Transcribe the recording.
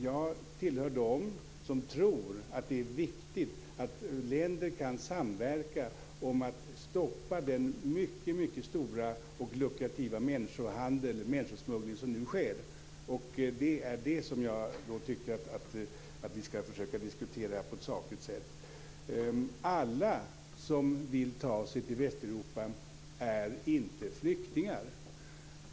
Jag tillhör dem som tror att det är viktigt att länder kan samverka om att stoppa den stora och luckrativa människohandel, människosmuggling, som nu sker. Jag tycker att vi skall försöka diskutera det på ett sakligt sätt. Alla som vill ta sig till Västeuropa är inte flyktingar.